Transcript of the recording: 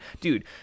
Dude